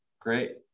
Great